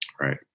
Right